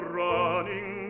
running